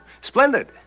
Splendid